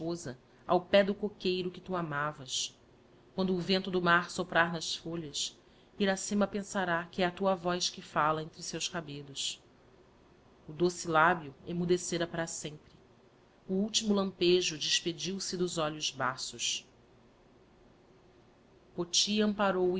esposa ao pé do coqueiro que tu amavas quando o vento do mar soprar nas folhas iracema pensará que é a tua voz que falia entre seus cabellos o doce lábio emmudecera para sempre o ultimo lampejo despediu-se dos olhos baços